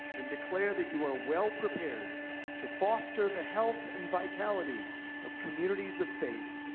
and declare that you are well prepared to foster the health and vitality of communities of faith,